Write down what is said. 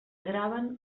graven